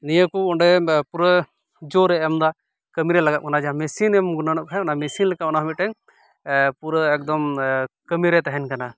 ᱱᱤᱭᱟᱹ ᱠᱩ ᱚᱸᱰᱮ ᱯᱩᱨᱟᱹ ᱡᱳᱨᱮ ᱮᱢᱮᱫᱟ ᱠᱟᱹᱢᱤ ᱨᱮ ᱞᱟᱜᱟᱜ ᱠᱟᱱᱟ ᱡᱟᱦᱟᱸ ᱢᱮᱥᱮᱱᱮᱢ ᱚᱱᱟ ᱦᱮᱱᱟᱜ ᱠᱷᱟᱡ ᱚᱱᱟ ᱢᱮᱥᱮᱱᱮᱢ ᱚᱱᱟ ᱦᱚᱸ ᱢᱤᱫᱴᱮᱱ ᱯᱩᱨᱟᱹ ᱮᱠᱫᱚᱢ ᱠᱟᱹᱢᱤᱨᱮ ᱛᱟᱦᱮᱱ ᱠᱟᱱᱟ